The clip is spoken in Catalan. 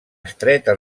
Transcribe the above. estreta